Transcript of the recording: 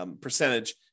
percentage